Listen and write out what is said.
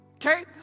Okay